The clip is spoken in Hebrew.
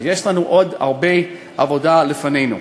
אז יש לנו עוד הרבה עבודה לפנינו.